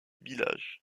village